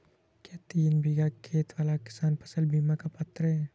क्या तीन बीघा खेत वाला किसान फसल बीमा का पात्र हैं?